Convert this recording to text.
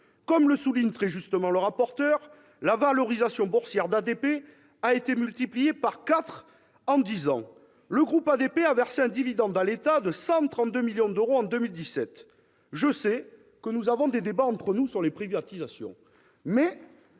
Comme le souligne très justement le rapporteur spécial, la valorisation boursière d'ADP a été multipliée par quatre en dix ans. Ce groupe a versé à l'État un dividende de 132 millions d'euros en 2017. Je sais que nous avons des débats entre nous sur les privatisations, mais